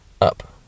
Up